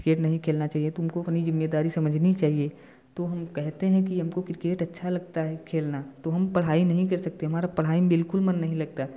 cricket नहीं खेलना चाहिए तुमको अपनी जिम्मेदारी समझनी चाहिए तो हम कहते है कि हमको क्रिकेट अच्छा लगता है खेलना तो हम पढ़ाई नहीं कर सकते हमारा पढ़ाई में बिलकुल मन नहीं लगता